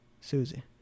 Susie